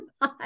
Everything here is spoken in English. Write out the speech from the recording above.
Bye